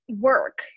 work